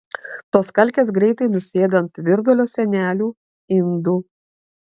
tos kalkės greitai nusėda ant virdulio sienelių indų